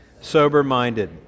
sober-minded